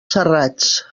serrats